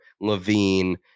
Levine